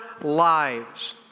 lives